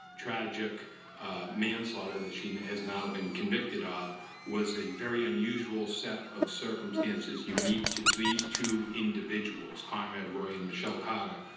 tragic manslaughter that she has now been convicted of was a very unusual set of circumstances unique to these two two individuals, conrad roy and michelle carter,